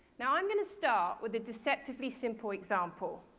now i'm going to start with a deceptively simple example.